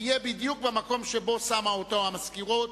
יהיה בדיוק במקום שבו שמה אותו המזכירות,